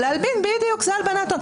זה הלבנת הון.